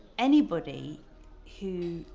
anybody who,